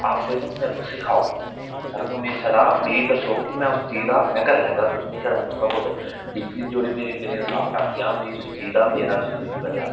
आप सिर्फ मेरे को सिखाओ सर तुस छड़ा मिगी दस्सो कि में उस चीज दा में करी लेगा तुस मिगी छड़ा इयां थोह्ड़ा बहुत डीपली जो मेरे अंदर रुकावटा आंदिया मिगी उस चीज दा मेरा स्लूशन कड्ढेआ